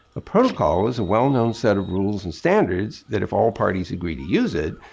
a protocol is a well known set of rules and standards, that if all parties agree to use it,